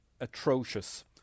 atrocious